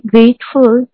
Grateful